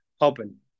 open